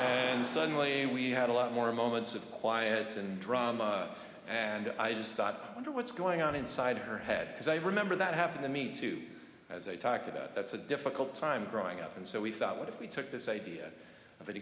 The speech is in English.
and suddenly we had a lot more moments of quiet and drama and i just thought wonder what's going on inside her head because i remember that happened to me too as i talked about that's a difficult time growing up and so we thought what if we took this idea of